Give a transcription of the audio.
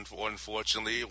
unfortunately